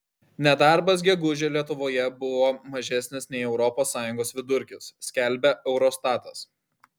nedarbas gegužę lietuvoje buvo mažesnis nei europos sąjungos vidurkis skelbia eurostatas